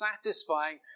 satisfying